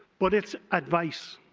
but it's advice.